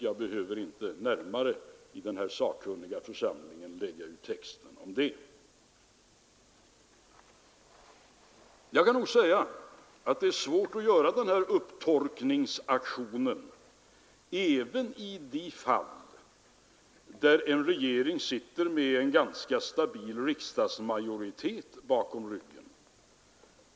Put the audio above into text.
Jag behöver inte i denna sakkunniga församling närmare lägga ut texten om det. Det är svårt att göra en sådan upptorkning även då regeringen har en ganska stabil riksdagsmajoritet bakom ryggen.